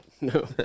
No